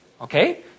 Okay